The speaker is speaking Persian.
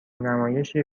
نمایش، یه